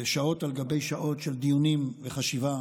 שעות על גבי שעות של דיונים וחשיבה,